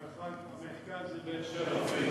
המרכז זה באר-שבע.